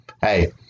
hey